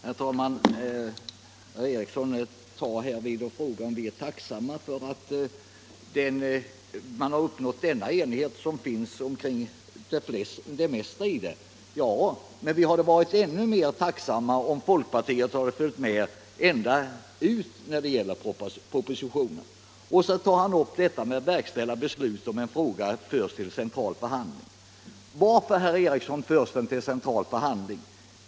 Herr talman! Herr Eriksson i Arvika frågar om vi är tacksamma för att man uppnått den enighet som finns kring det mesta i förslaget. Ja, men vi hade varit ännu mer tacksamma om folkpartiet följt med hela vägen och ställt sig bakom hela propositionen. Sedan tar han upp spörsmålet om verkställighet av beslut i de fall en fråga förs till central förhandling. Varför, herr Eriksson, förs den till central förhandling?